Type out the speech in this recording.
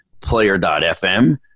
player.fm